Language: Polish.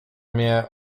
mnie